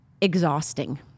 exhausting